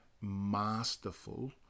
masterful